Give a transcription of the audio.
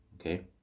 okay